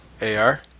AR